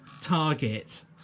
target